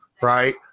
right